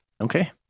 Okay